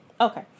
Okay